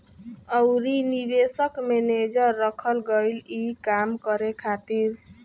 अउरी निवेश मैनेजर रखल गईल ई काम करे खातिर